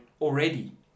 already